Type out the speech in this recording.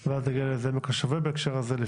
לפני גריטה ואז נגיע לעמק השווה בהקשר הזה.